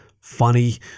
Funny